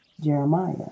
Jeremiah